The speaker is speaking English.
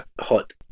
hot